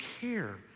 care